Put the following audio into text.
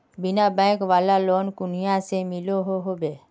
बिना बैंक वाला लोन कुनियाँ से मिलोहो होबे?